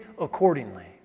accordingly